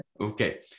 Okay